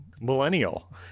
millennial